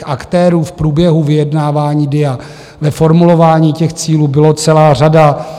Aktérů v průběhu vyjednávání DIA, ve formulování těch cílů, byla celá řada.